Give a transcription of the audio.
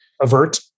avert